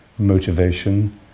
motivation